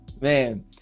man